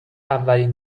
اولین